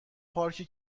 پارکی